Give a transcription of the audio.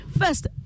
First